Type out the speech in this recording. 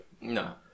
No